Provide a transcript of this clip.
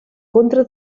contra